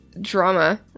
drama